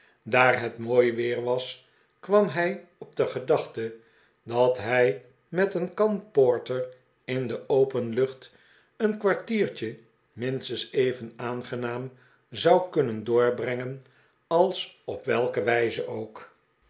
daar het mooi weer was kwam hij op de gedachte dat hij met een kan porter in de open lucht een kwartiertje minstens even aangenaam zou kunnen doorbrengen als op welke wijze ook